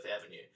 Avenue